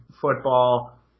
football